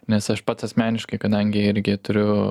nes aš pats asmeniškai kadangi irgi turiu